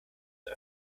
der